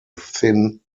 thin